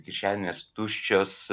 kišenės tuščios